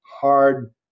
hard